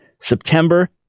September